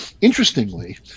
interestingly